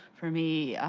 for me,